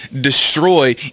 destroy